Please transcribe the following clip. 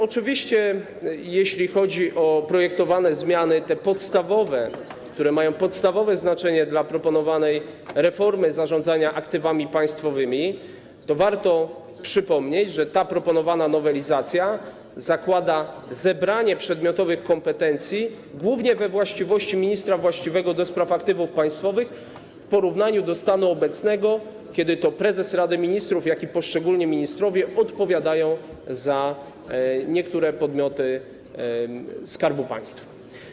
Oczywiście jeśli chodzi o projektowane zmiany, te podstawowe, które mają znaczenie dla proponowanej reformy zarządzania aktywami państwowymi, to warto przypomnieć, że ta proponowana nowelizacja zakłada zebranie przedmiotowych kompetencji głównie we właściwości ministra właściwego do spraw aktywów państwowych w porównaniu do stanu obecnego, kiedy to zarówno prezes Rady Ministrów, jak i poszczególni ministrowie odpowiadają za niektóre podmioty Skarbu Państwa.